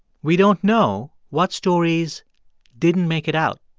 we don't know what stories didn't make it out.